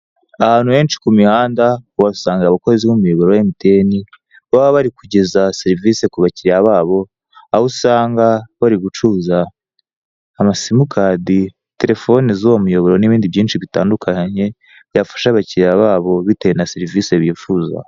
Ahantu henshi ku mihanda uhasanga abakozi b'umuyoboro wa emutiyeni, baba bari kugeza serivise ku bakiriya babo, aho usanga bari gucuruza amasimukadi, telefone z'uwo muyoboro, n'inindi byinshi bitandukanye, byafasha abakiriya babo bitewe na serivise bifuza.